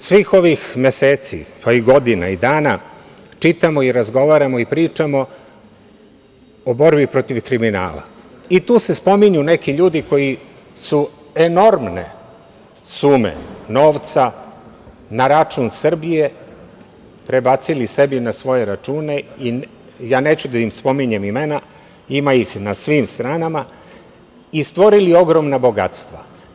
Svih ovih meseci, pa i godina i dana čitamo, razgovaramo i pričamo o borbi protiv kriminala i tu se spominju neki ljudi koji su enormne sume novca na račun Srbije prebacili sebi na svoje račune, neću da im spominjem imena, ima ih na svim stranama, i stvorili ogromna bogatstva.